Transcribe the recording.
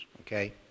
okay